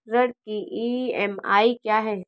ऋण की ई.एम.आई क्या है?